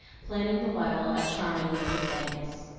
planning the while a charming note of thanks.